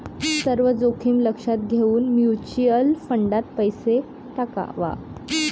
सर्व जोखीम लक्षात घेऊन म्युच्युअल फंडात पैसा टाकावा